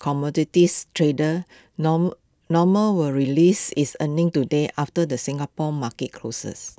commodities trader normal will release its earnings today after the Singapore market closes